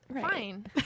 fine